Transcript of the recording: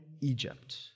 Egypt